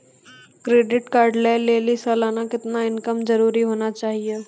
Credit card लय लेली सालाना कितना इनकम जरूरी होना चहियों?